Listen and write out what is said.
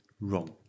Wrong